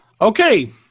Okay